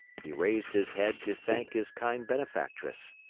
he raised his head to thank his kind benefactress.